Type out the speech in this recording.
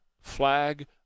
flag